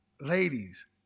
ladies